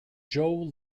joe